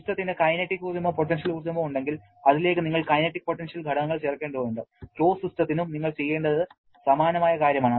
സിസ്റ്റത്തിന് കൈനറ്റിക് ഊർജ്ജമോ പൊട്ടൻഷ്യൽ ഊർജ്ജമോ ഉണ്ടെങ്കിൽ അതിലേക്ക് നിങ്ങൾ കൈനറ്റിക് പൊട്ടൻഷ്യൽ ഘടകങ്ങൾ ചേർക്കേണ്ടതുണ്ട് ക്ലോസ്ഡ് സിസ്റ്റത്തിനും നിങ്ങൾ ചെയ്യേണ്ടത് സമാനമായ കാര്യമാണ്